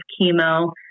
chemo